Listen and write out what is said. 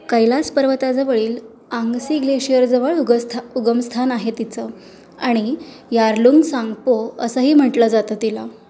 कैलास पर्वताजवळील आंगसी ग्लेशियरजवळ उगस्था उगमस्थान आहे तिचं आणि यारलुंग सांगपो असंही म्हटलं जातं तिला